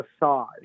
massage